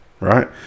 right